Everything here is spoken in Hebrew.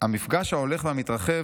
"המפגש ההולך ומתרחב